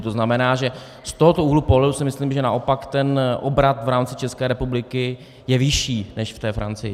To znamená, že z tohoto úhlu pohledu si myslím, že naopak ten obrat v rámci České republiky je vyšší než v té Francii.